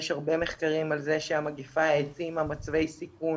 יש הרבה מחקרים על זה שהמגפה העצימה מצבי סיכון,